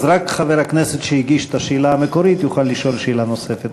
אז רק חבר הכנסת שהגיש את השאלה המקורית יוכל לשאול שאלה נוספת.